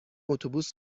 اتوبوس